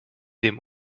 dem